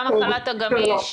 גם החל"ת הגמיש.